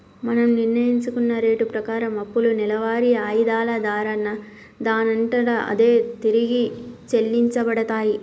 మనం నిర్ణయించుకున్న రేటు ప్రకారం అప్పులు నెలవారి ఆయిధాల దారా దానంతట అదే తిరిగి చెల్లించబడతాయి